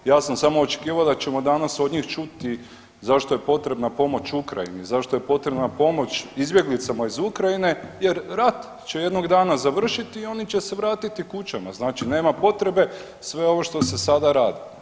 Ja sam samo očekivao da ćemo danas od njih čuti zašto je potrebna pomoć Ukrajini, zašto je potrebna pomoć izbjeglicama iz Ukrajine jer rat će jednog dana završiti i oni će se vratiti kućama, znači nema potrebe sve ovo što se sada radi.